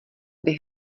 byl